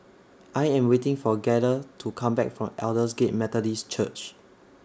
I Am waiting For Gaither to Come Back from Aldersgate Methodist Church